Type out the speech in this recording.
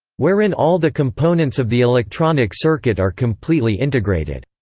wherein all the components of the electronic circuit are completely integrated.